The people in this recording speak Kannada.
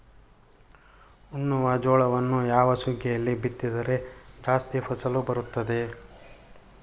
ಉಣ್ಣುವ ಜೋಳವನ್ನು ಯಾವ ಸುಗ್ಗಿಯಲ್ಲಿ ಬಿತ್ತಿದರೆ ಜಾಸ್ತಿ ಫಸಲು ಬರುತ್ತದೆ?